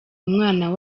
umwana